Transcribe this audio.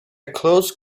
closed